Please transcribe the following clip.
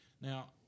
Now